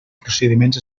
procediments